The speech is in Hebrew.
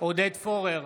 עודד פורר,